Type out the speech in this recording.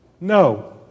No